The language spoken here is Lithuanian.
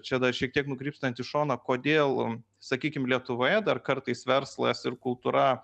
čia dar šiek tiek nukrypstant į šoną kodėl sakykim lietuvoje dar kartais verslas ir kultūra